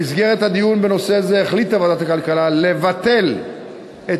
במסגרת הדיון בנושא זה החליטה ועדת הכלכלה לבטל את